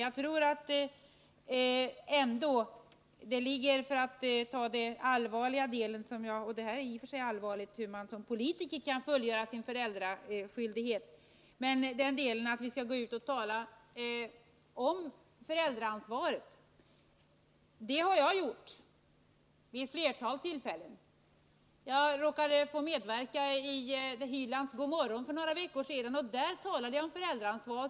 För att ta den allvarliga delen — och det är i och för sig allvarligt hur man såsom politiker skall kunna fullgöra sin föräldraskyldighet — att vi skall gå ut och tala om föräldraansvaret vill jag framhålla att jag har gjort det vid ett flertal tillfällen. Jag råkade medverka i Hylands Gomorron Sverige för några veckor sedan. Där talade jag om föräldraansvaret.